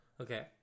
Okay